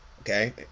okay